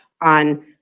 on